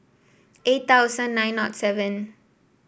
eight thousand nine seven